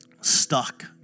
stuck